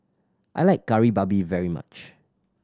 I like Kari Babi very much